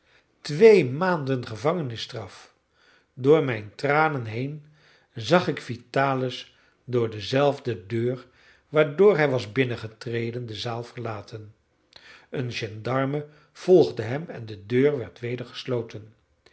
twee maanden gevangenisstraf door mijn tranen heen zag ik vitalis door dezelfde deur waardoor hij was binnengetreden de zaal verlaten een gendarme volgde hem en de deur werd weder gesloten